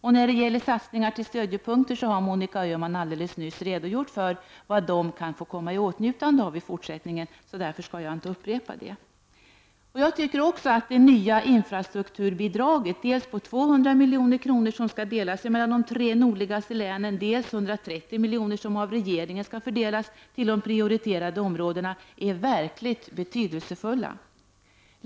Monica Öhman har redan berört frågan om satsningar på stödjepunkter och vad de kan komma i åtnjutande av, varför jag inte skall upprepa vad hon har sagt. Jag tycker också att det nya infrastrukturbidraget dels på 200 milj.kr., som skall delas mellan de tre nordligaste länen, dels på 130 milj.kr. — som av regeringen skall fördelas till de prioriterade områdena — är verkligt betydelsefullt.